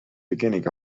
beginning